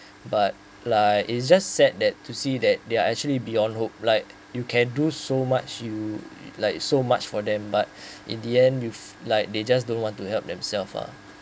but like it's just sad that to see that they are actually beyond hoop like you can do so much you like so much for them but in the end with like they just don't want to help themselves uh